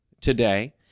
today